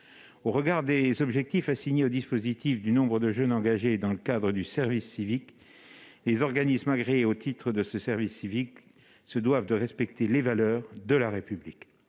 Au regard des objectifs assignés aux dispositifs et du nombre de jeunes engagés dans ce cadre, les organismes agréés au titre du service civique se doivent de respecter les valeurs de la République.